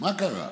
מה קרה?